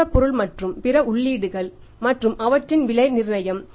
மூலப்பொருள் மற்றும் பிற உள்ளீடுகள் மற்றும் அவற்றின் விலை நிர்ணயம்